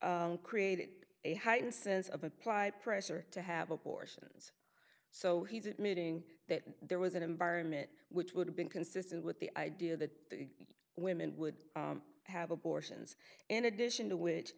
created a heightened sense of apply pressure to have abortions so he's admitting that there was an environment which would have been consistent with the idea that women would have abortions in addition to which